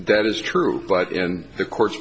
that is true but in the cour